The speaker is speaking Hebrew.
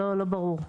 לא ברור.